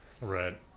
Right